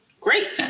great